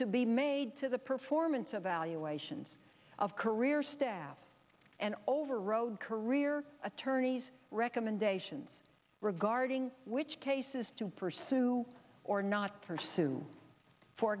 to be made to the performance of valuations of career staff and overrode career attorneys recommendations regarding which cases to pursue or not pursue for